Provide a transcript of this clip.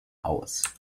aus